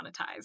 monetized